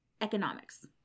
Economics